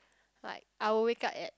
like I will wake up at